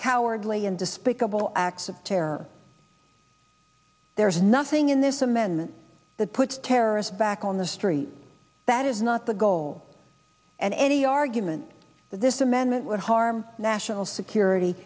cowardly and despicable acts of terror there is nothing in this amendment that puts terrorists back on the street that is not the goal and any argument that this amendment would harm national security